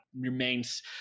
remains